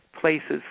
places